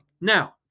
Now